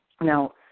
Now